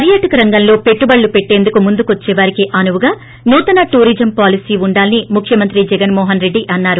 పర్యాటక రంగంలో పెట్టుబడులు పెట్టేందుకు ముందుకొచ్చేవారికి అనువుగా నూతన టూరిజం పాలసీ ఉండాలని ముఖ్యమంత్రి జగన్మోహన్రెడ్డి అన్నారు